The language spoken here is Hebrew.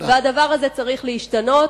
והדבר הזה צריך להשתנות.